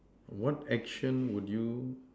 what action would you